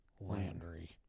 landry